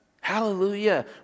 Hallelujah